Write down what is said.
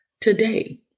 Today